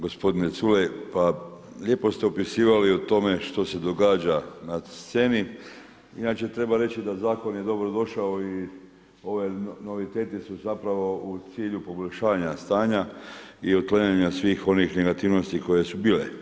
Gospodine Culej, pa lijepo ste opisivali o tome što se događa na sceni, inače treba reći da zakon je dobrodošao i ovi noviteti su zapravo u cilju poboljšanja stanja i otklanjanja svih onih negativnosti koje su bile.